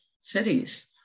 cities